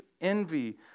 envy